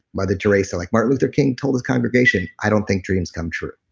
mother teresa. like martin luther king told his congregation, i don't think dreams come true.